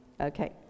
Okay